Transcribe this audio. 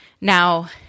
Now